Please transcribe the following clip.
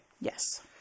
Yes